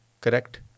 correct